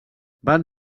van